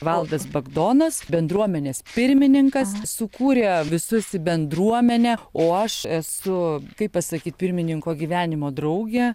valdas bagdonas bendruomenės pirmininkas sukūrė visus į bendruomenę o aš esu kaip pasakyt pirmininko gyvenimo draugė